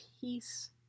peace